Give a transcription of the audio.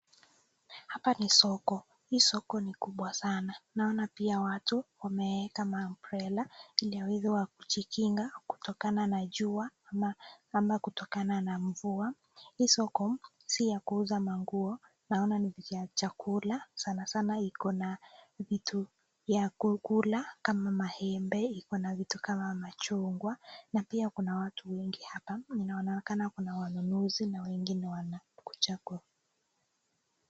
Hapa ni soko, hii soko ni kubwa sana, naona pia watu wameeka maumbrella ili aweze wakujikinga kutokana na jua ama kutokana na mvua. Hii soko si ya kuuza manguo naona ni ya chakula, sanasana iko na vitu ya kukula kama maembe, iko na vitu kama machungwa na pia kuna watu wengi hapa, inaonekana kuna wanunuzi na wengine wanachagua.